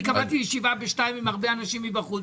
קבעתי ישיבה ב-14:00 עם הרבה אנשים מבחוץ.